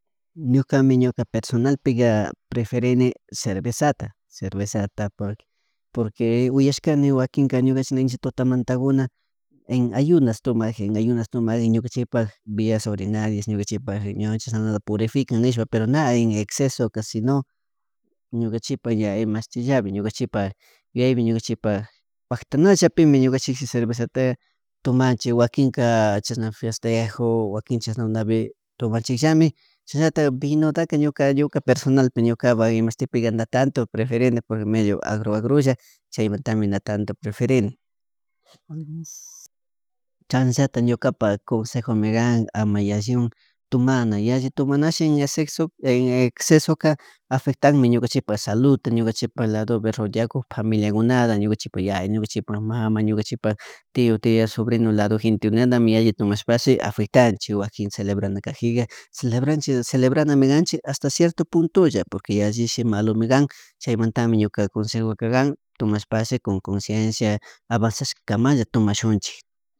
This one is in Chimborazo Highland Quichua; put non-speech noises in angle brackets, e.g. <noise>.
Ñukami ñuka personalpika preferene cervezata cervezata por porque uyashakani wakinka ñukanchish ninchik tutamantakuna en ayunas tomak en ayunas tomak ñukanchikpak vias urinarias ñukanchipak riñones chashanlalta prurifican nishpa pero na en ecesesoka si no ñukanchipak ña imashtillapi ñukanchipak yuyayapi paktanllapi ñukanchik cervezata tomanchik wakinka chashna festejo wakinka chashna navi tomanchishllami shinatak vitaka ñuka ñuka personal ñuka pak imashtipik na tanto preferene porque medio agro agrulla chaymantama na tanto preferene, <noise> chashanata ñuka consejome can mana yalligun tomana yalli tomanashi ña sexo en exesoka afectamin ñukanchikpak salud ñukanchikpak lado rodeatuk familiakunata ñukachikpa yaya ñukanchik mama ñikanchkpak tio tia sobrino lado gentekunata yalli tomashpashi afectanchik wankin celebrachin kajika celebranchik celebrana kanchik hasta cierto puntullo porque yallishi malo mi kan chaymantami ñuka consejo kan tomashpashi con conciencia avazanshkamalla tomashunchik